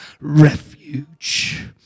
refuge